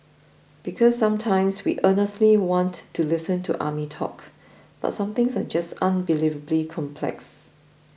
because sometimes we earnestly want to listen to army talk but some things are just unbelievably complex